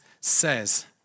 says